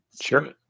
Sure